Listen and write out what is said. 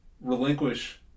relinquish